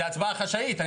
זו הצבעה חשאית.